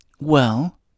Well